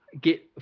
Get